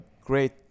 great